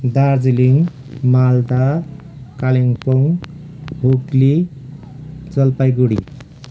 Darjeeling Malda Kalimpong Hooghly Jalpaiguri